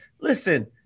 Listen